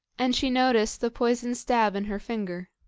and she noticed the poisoned stab in her finger.